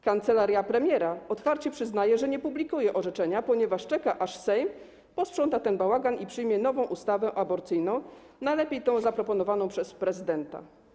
Kancelaria premiera otwarcie przyznaje, że nie publikuje orzeczenia, ponieważ czeka, aż Sejm posprząta ten bałagan i przyjmie nową ustawę aborcyjną, najlepiej zaproponowaną przez prezydenta.